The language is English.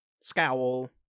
Scowl